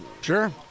Sure